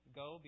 go